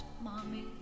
mommy